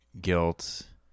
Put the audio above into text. guilt